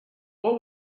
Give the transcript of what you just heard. what